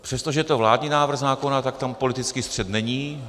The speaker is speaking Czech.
Přestože je to vládní návrh zákona, tak tam politický střet není.